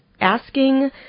asking